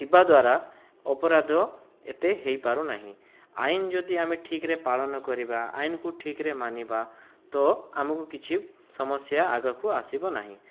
ଥିବା ଦ୍ୱାରା ଅପରାଧ ଏତେ ହେଇପାରୁନାହିଁ ଆଇନ ଯଦି ଆମେ ଠିକରେ ପାଳନ କରିବା ଆଇନକୁ ଠିକରେ ମାନିବା ତ ଆମକୁ କିଛି ସମସ୍ୟା ଆଗକୁ ଆସିବ ନାହିଁ